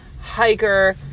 hiker